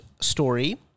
story